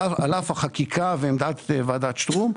על אף החקיקה ועמדת ועדת שטרום,